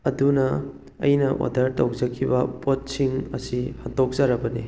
ꯑꯗꯨꯅ ꯑꯩꯅ ꯑꯣꯗꯔ ꯇꯧꯖꯈꯤꯕ ꯄꯣꯠꯁꯤꯡ ꯑꯁꯤ ꯍꯟꯗꯣꯛꯆꯔꯕꯅꯤ